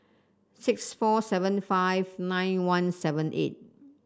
six four seven five nine one seven eight